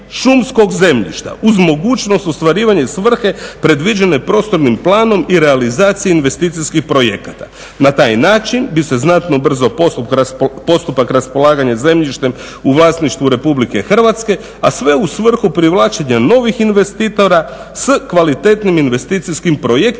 šumskog zemljišta uz mogućnost ostvarivanja i svrhe predviđene prostornim planom i realizacijom investicijskih projekata. Na taj način bi se znatno ubrzao postupak raspolaganja zemljištem u vlasništvu RH, a sve u svrhu privlačenja novih investitora s kvalitetnim investicijskim projektima